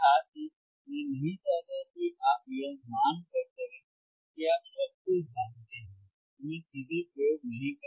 लेकिन साथ ही मैं नहीं चाहता कि आप यह मान कर चलें कि आप सब कुछ जानते हैं हमें सीधे प्रयोग नहीं करना चाहिए